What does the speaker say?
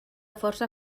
força